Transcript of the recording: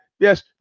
Yes